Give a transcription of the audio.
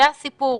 זה הסיפור.